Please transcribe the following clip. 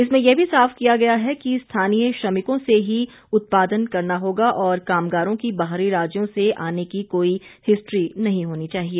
इसमें यह भी साफ किया गया है कि स्थानीय श्रमिकों से ही उत्पादन करना होगा और कामगारों की बाहरी राज्यों से आने की कोई हिस्ट्री नहीं होनी चाहिए